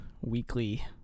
weekly